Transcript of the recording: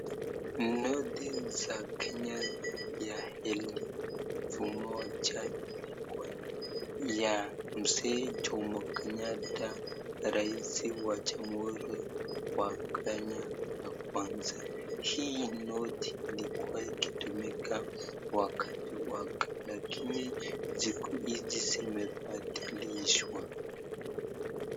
Noti za kenya ya elfu moja ya Mzee jomo Kenyatta raisi wa jamuhuri ya kenya wa kwanza, hii noti ilikuwa ikitumika Kwa wakati wake kakini siku hizi zimepadilishwa.